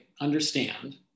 understand